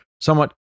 somewhat